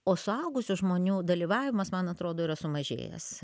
o suaugusių žmonių dalyvavimas man atrodo yra sumažėjęs